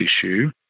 issue